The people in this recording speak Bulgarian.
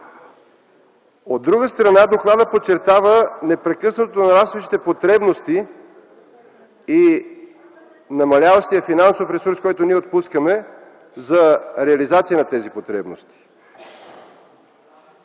От друга страна, докладът подчертава непрекъснато нарастващите потребности и намаляващия финансов ресурс, който отпускаме за реализация на тези потребности.